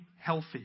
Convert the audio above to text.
healthy